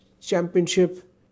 Championship